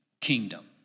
kingdom